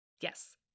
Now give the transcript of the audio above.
Yes